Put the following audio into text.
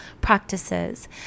practices